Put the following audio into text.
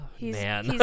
man